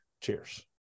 Cheers